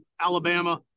Alabama